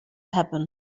happen